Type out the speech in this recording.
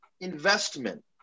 investment